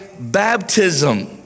baptism